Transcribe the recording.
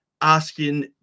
asking